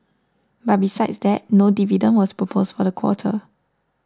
but besides that no dividend was proposed for the quarter